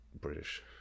British